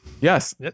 Yes